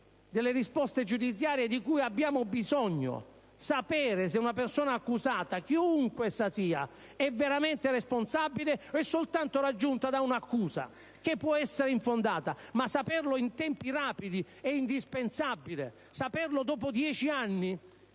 delle risposte giudiziarie di cui abbiamo bisogno per sapere se una persona accusata, chiunque essa sia, è veramente responsabile o è soltanto raggiunta da un'accusa che può essere infondata. Ma saperlo in tempi rapidi è indispensabile. Saperlo dopo dieci anni